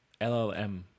LLM